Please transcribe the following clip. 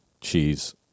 cheese